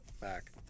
back